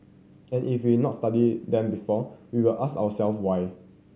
and if we've not studied them before we'll ask our self why